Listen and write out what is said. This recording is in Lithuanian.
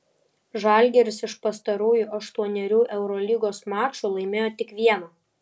žalgiris iš pastarųjų aštuonerių eurolygos mačų laimėjo tik vieną